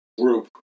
group